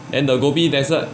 and the gobi desert